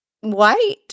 white